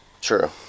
True